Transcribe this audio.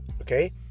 okay